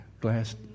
glass